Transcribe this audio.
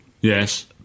yes